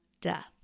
death